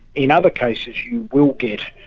in other cases you will get,